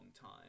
time